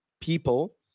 people